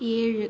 ஏழு